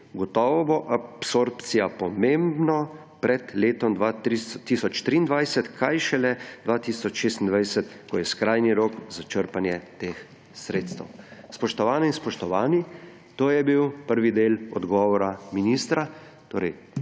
Gotovo bo absorbcija pomembna pred letom 2023, kaj šele 2026, ko je skrajni rok za črpanje teh sredstev.« Spoštovane in spoštovani, to je bil prvi del odgovora ministra